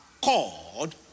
called